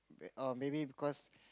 oh maybe because